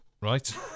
right